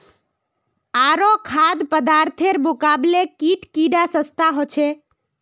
आरो खाद्य पदार्थेर मुकाबले कीट कीडा सस्ता ह छे